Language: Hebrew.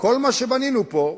כל מה שבנינו כאן,